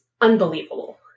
unbelievable